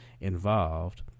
involved